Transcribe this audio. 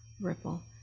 ripple